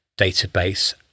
database